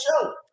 show